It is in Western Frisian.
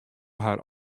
har